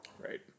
Right